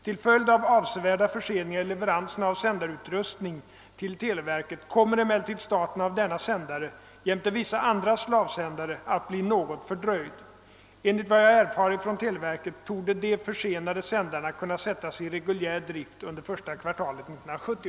Till följd av avsevärda förseningar i leveranserna av sändarutrustning till televerket kommer emellertid starien av denna sändare jämte vissa andra slavsändare att bli något fördröjd. Enligt vad jag erfarit från televerket torde de försenade sändarna kunna sättas i reguljär drift under första kvartalet 1970.